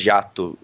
Jato